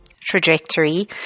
trajectory